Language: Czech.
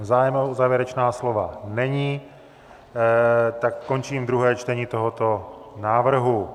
Zájem o závěrečná slova není, tak končím druhé čtení tohoto návrhu.